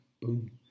Boom